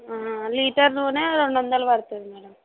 litre నూనె రెండు వందలు పడుతుంది మ్యాడమ్